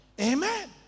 Amen